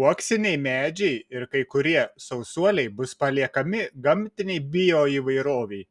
uoksiniai medžiai ir kai kurie sausuoliai bus paliekami gamtinei bioįvairovei